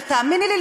ותאמיני לי,